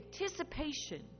anticipation